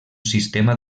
sistema